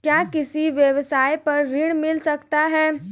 क्या किसी व्यवसाय पर ऋण मिल सकता है?